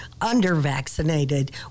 under-vaccinated